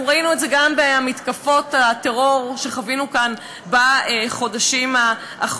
אנחנו ראינו את זה גם במתקפות הטרור שחווינו כאן בחודשים האחרונים.